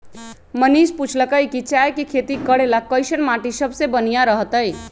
मनीष पूछलकई कि चाय के खेती करे ला कईसन माटी सबसे बनिहा रहतई